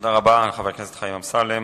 תודה רבה, חבר הכנסת חיים אמסלם.